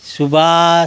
Subhash